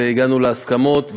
והגענו להסכמות,